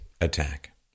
attack